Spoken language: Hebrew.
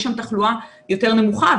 יש שם תחלואה יותר נמוכה,